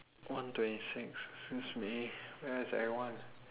one twenty six excuse me where's everyone